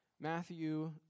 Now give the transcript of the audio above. Matthew